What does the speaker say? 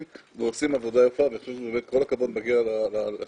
ועושים עבודה יפה ואני חושב שכל הכבוד מגיע לחבר